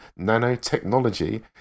nanotechnology